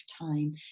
time